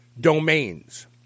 domains